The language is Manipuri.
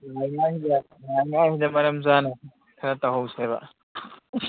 ꯂꯥꯛꯏꯉꯥꯏꯁꯤꯗ ꯂꯥꯛꯏꯉꯥꯏꯁꯤꯗ ꯃꯔꯝ ꯆꯥꯅ ꯈꯔ ꯇꯧꯍꯧꯁꯦꯕ